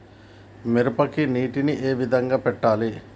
మిరపకి నీటిని ఏ విధంగా పెట్టాలి?